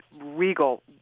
regal